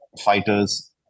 fighters